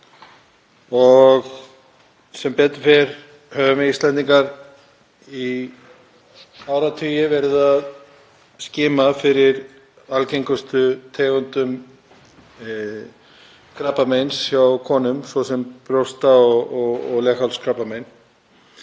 og sem betur fer höfum við Íslendingar í áratugi verið að skima fyrir algengustu tegundum krabbameins hjá konum, svo sem brjósta- og leghálskrabbameini.